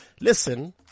Listen